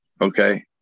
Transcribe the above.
Okay